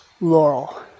laurel